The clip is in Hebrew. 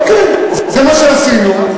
אוקיי, זה מה שעשינו.